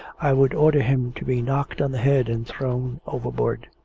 i would order him to be knocked on the head and thrown overboard.